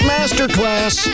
Masterclass